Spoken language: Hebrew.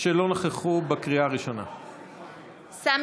אינו נוכח איתן גינזבורג, בעד